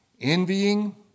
envying